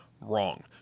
wrong